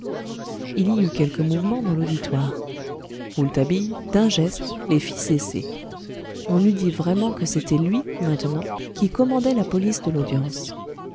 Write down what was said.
il y eut quelques mouvements dans l'auditoire rouletabille d'un geste les fit cesser on eût dit vraiment que c'était lui maintenant qui commandait la police de l'audience